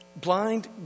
blind